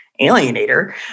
alienator